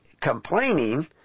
complaining